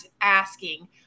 asking